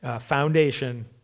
foundation